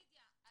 לידיה,